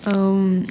um